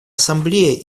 ассамблея